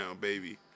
baby